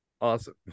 Awesome